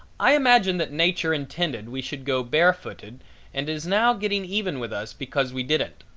i imagine that nature intended we should go barefooted and is now getting even with us because we didn't.